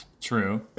True